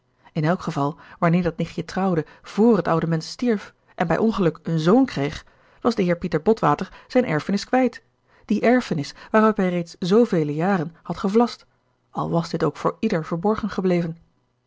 in elk geval wanneer dat nichtje trouwde vr het oude mensch stierf en bij ongeluk een zoon kreeg was de heer pieter botwater zijne erfenis kwijt die erfenis waarop hij reeds zoovele jaren had gevlast al was dit ook voor ieder verborgen gebleven